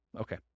Okay